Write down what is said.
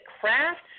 craft